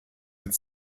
mit